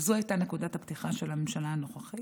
אבל זו הייתה נקודת הפתיחה של הממשלה הנוכחית.